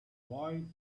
boy